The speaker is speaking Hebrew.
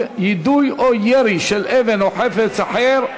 (יידוי או ירי של אבן או חפץ אחר),